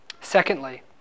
Secondly